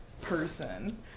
person